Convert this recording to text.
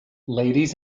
ladies